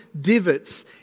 divots